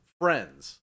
friends